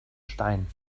stein